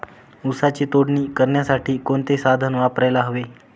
ऊसाची तोडणी करण्यासाठी कोणते साधन वापरायला हवे?